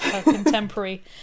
contemporary